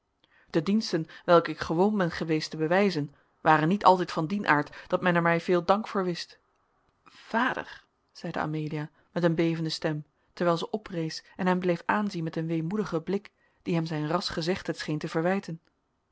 de diensten welke ik gewoon ben geweest te bewijzen waren niet altijd van dien aard dat men er mij veel dank voor wist vader zeide amelia met een bevende stem terwijl zij oprees en hem bleef aanzien met een weemoedigen blik die hem zijn rasch gezegde scheen te verwijten